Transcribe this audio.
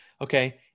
Okay